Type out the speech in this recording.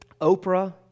Oprah